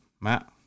Matt